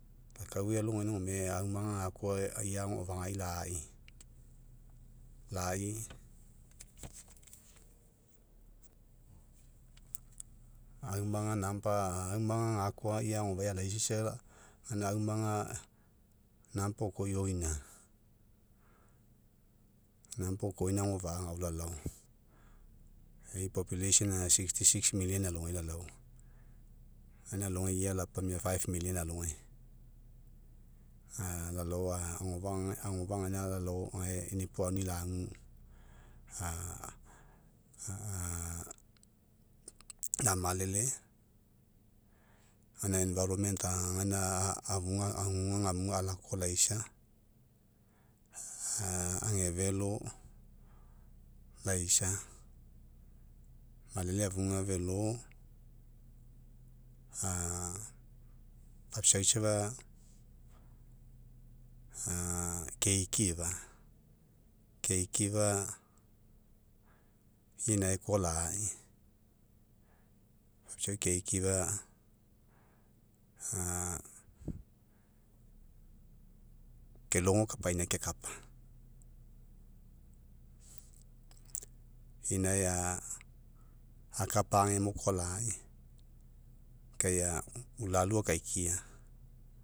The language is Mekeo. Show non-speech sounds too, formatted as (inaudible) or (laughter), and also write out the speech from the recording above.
Lakauai alogaina gome aumaga gakoa ia agofagai lai aumaga number aumaga gakoa ia agofa'ai alaisaisa gaina aumaga number oko ioina. Number oko ioina agofa'a agao lalao, e'i population aga sixty six million alogai lalao gaina alogai ia lapamia five million alogai. (hesitation) lalao agofa'a agofa'a gaina lalao gae inipo auni lagu (hesitation) lamalele, gaina environment afuga aguga gamuga laisa. Age felo laisa, malele afuga felo (hesitation) papiaui safa keikifa. Keikifa ia inae koa lai papiau keikifa (hesitation) kelogo kapaina kekapa. Ia inae akapa agemo koa lai kai ulalu akaikia